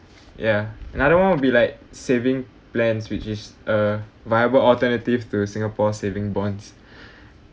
yeah and I don't wanna be like saving plans which is a viable alternative through singapore saving bonds